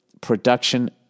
production